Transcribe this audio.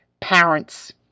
parents